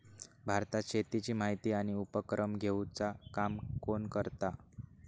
भारतात शेतीची माहिती आणि उपक्रम घेवचा काम कोण करता?